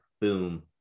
boom